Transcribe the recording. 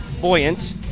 buoyant